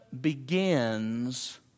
begins